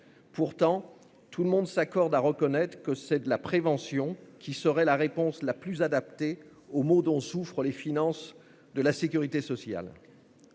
Pourtant, chacun s'accorde à reconnaître que la prévention serait la réponse la plus adaptée aux maux dont souffrent les finances de la sécurité sociale.